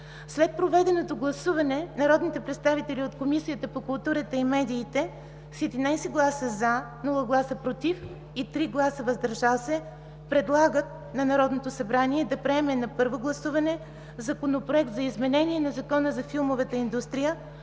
След проведеното гласуване народните представители от Комисията по културата и медиите с 11 гласа „за“, без „против“ и 3 гласа „въздържали се” предлагат на Народното събрание да приеме на първо гласуване Законопроект за изменение на Закона за филмовата индустрия,